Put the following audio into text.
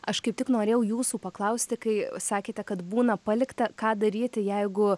aš kaip tik norėjau jūsų paklausti kai sakėte kad būna palikta ką daryti jeigu